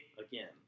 again